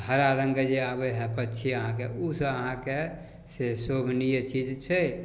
हरा रङ्गके जे आबै हइ पन्छी अहाँके ओसब अहाँके से शोभनीय चीज छै